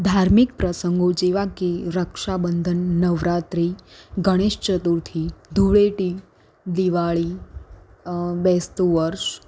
ધાર્મિક પ્રસંગો જેવા કે રક્ષાબંધન નવરાત્રિ ગણેશ ચતુર્થી ધૂળેટી દિવાળી બેસતું વર્ષ